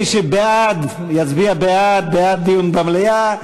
מי שבעד מצביע בעד דיון במליאה.